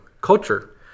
Culture